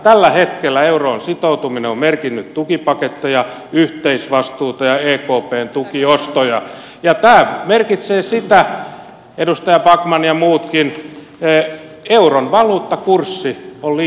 tällä hetkellä euroon sitoutuminen on merkinnyt tukipaketteja yhteisvastuuta ja ekpn tukiostoja ja tämä merkitsee sitä edustaja backman ja muutkin että euron valuuttakurssi on liian vahva